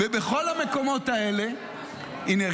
בכל המקומות האלה ------ אף אחד מהאופוזיציה --- הינה,